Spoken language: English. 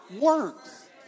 works